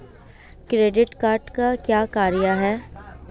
Credit card का क्या कार्य है?